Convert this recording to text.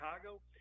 Chicago